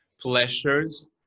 pleasures